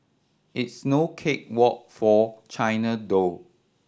it's no cake walk for China though